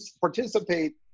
participate